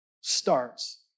starts